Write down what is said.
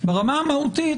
המהותית,